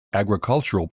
agricultural